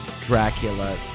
Dracula